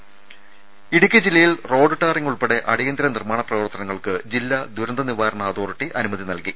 ദേദ ഇടുക്കി ജില്ലയിൽ road tarring ഉൾപ്പെടെ അടിയന്തര നിർമ്മാണ പ്രവർത്തനങ്ങൾക്ക് ജില്ലാ ദുരന്ത നിവാരണ അതോറിറ്റി അനുമതി നൽകി